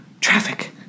traffic